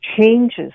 changes